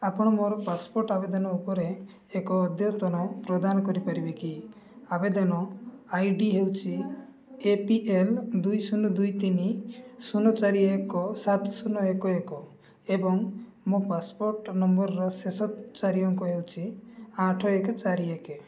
ଆପଣ ମୋର ପାସପୋର୍ଟ ଆବେଦନ ଉପରେ ଏକ ଅଦ୍ୟତନ ପ୍ରଦାନ କରିପାରିବେ କି ଆବେଦନ ଆଇ ଡ଼ି ହେଉଛି ଏ ପି ଏଲ୍ ଦୁଇ ଶୂନ ଦୁଇ ତିନି ଶୂନ ଚାରି ଏକ ସାତ ଶୂନ ଏକ ଏକ ଏବଂ ମୋ ପାସପୋର୍ଟ ନମ୍ବରର ଶେଷ ଚାରି ଅଙ୍କ ହେଉଛି ଆଠ ଏକ ଚାରି ଏକ